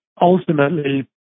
ultimately